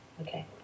Okay